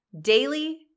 daily